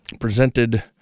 presented